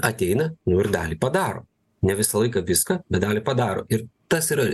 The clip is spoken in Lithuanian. ateina nu ir dalį padaro ne visą laiką viską bet dalį padaro ir tas yra